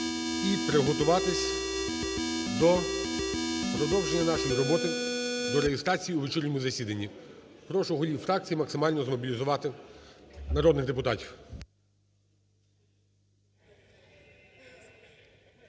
і приготуватись до продовження нашої роботи, до реєстрації у вечірньому засіданні. Прошу голів фракцій максимально змобілізувати народних депутатів.